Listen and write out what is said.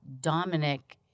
Dominic